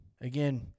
Again